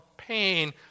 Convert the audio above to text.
pain